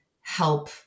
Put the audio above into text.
help